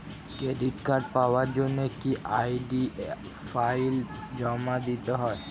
Credit card পাওয়ার জন্য কি আই.ডি ফাইল জমা দিতে হবে?